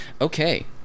Okay